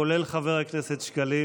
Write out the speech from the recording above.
כולל חבר הכנסת שקלים.